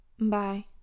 Bye